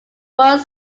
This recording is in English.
world